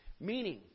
Meaning